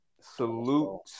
salute